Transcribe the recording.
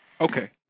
Okay